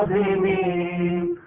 a